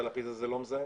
הלפיד הזה לא מזהם?